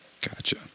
Gotcha